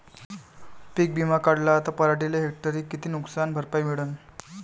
पीक विमा काढला त पराटीले हेक्टरी किती नुकसान भरपाई मिळीनं?